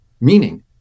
meaning